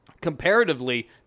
Comparatively